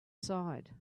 side